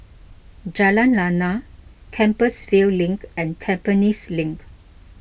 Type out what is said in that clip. Jalan Lana Compassvale Link and Tampines Link